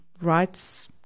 Rights